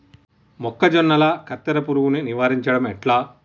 మొక్కజొన్నల కత్తెర పురుగుని నివారించడం ఎట్లా?